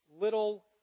little